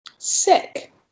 Sick